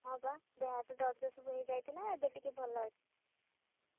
ହଁ ବା ଦେହ ହାତ ଦରଜ ସବୁ ହେଇଯାଇଥିଲା ଏବେ ଟିକେ ଭଲ ଅଛି